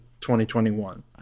2021